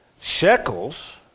shekels